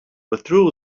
withdrew